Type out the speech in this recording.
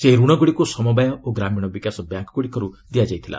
ସେହି ଋଣ ଗୁଡ଼ିକୁ ସମବାୟ ଓ ଗ୍ରାମୀଣ ବିକାଶ ବ୍ୟାଙ୍କ ଗୁଡ଼ିକରୁ ଦିଆଯାଇଥିଲା